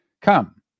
Come